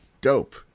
dope